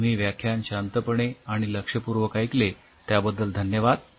तुम्ही व्याख्यान शांतपणे आणि लक्षपूर्वक ऐकले त्याबद्दल धन्यवाद